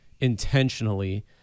intentionally